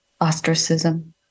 Ostracism